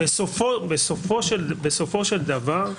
בסופו של דבר,